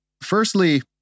firstly